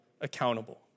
accountable